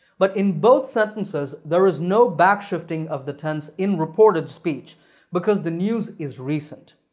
but in both sentences, there's no backshifting of the tense in reported speech because the news is recent.